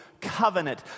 covenant